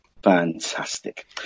fantastic